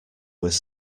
was